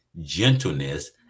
gentleness